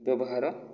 ବ୍ୟବହାର